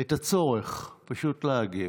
את הצורך פשוט להגיב: